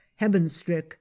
Hebenstrick